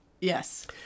Yes